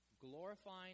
glorifying